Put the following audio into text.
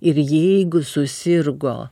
ir jeigu susirgo